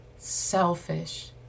Selfish